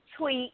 Tweet